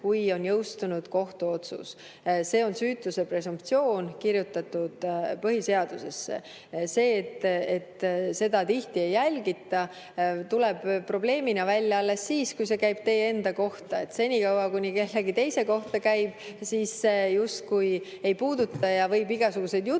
kui on jõustunud kohtuotsus. See on süütuse presumptsioon, kirjutatud põhiseadusesse. See, et seda tihti ei järgita, tuleb probleemina välja alles siis, kui see käib teie enda kohta. Senikaua, kuni see kellegi teise kohta käib, siis see justkui ei puuduta ja võib igasuguseid jutte